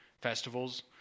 festivals